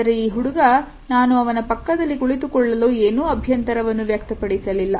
ಆದರೆ ಈ ಹುಡುಗ ನಾನು ಅವನ ಪಕ್ಕದಲ್ಲಿ ಕುಳಿತುಕೊಳ್ಳಲು ಏನು ಅಭ್ಯಂತರ ವನ್ನು ವ್ಯಕ್ತಪಡಿಸಲಿಲ್ಲ